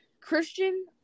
Christian